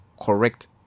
correct